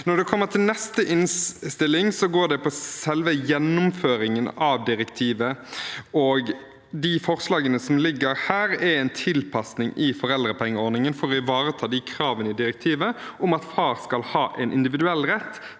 neste innstilling, går det på selve gjennomføringen av direktivet. De forslagene som ligger her, gjelder en tilpasning i foreldrepengeordningen for å ivareta kravene i direktivet om at far skal ha en individuell rett